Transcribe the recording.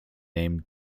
name